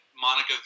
Monica